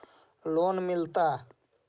Loan मिलता?